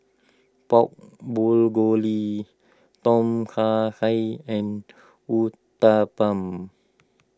Pork Bulgoli Tom Kha he and Uthapam